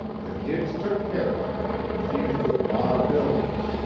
the kid's took care of! she's with ma billings.